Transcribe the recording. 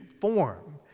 form